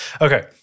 Okay